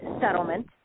settlement